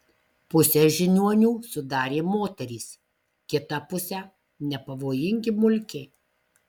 pusę žiniuonių sudarė moterys kitą pusę nepavojingi mulkiai